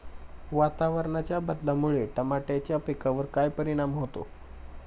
वातावरणाच्या बदलामुळे टमाट्याच्या पिकावर काय परिणाम होतो?